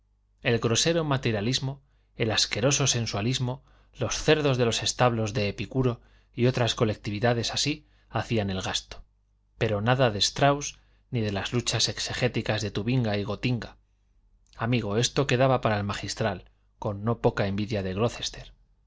el grosero materialismo el asqueroso sensualismo los cerdos de los establos de epicuro y otras colectividades así hacían el gasto pero nada de strauss ni de las luchas exegéticas de tubinga y gtinga amigo esto quedaba para el magistral con no poca envidia de